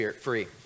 free